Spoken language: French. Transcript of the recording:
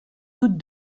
toutes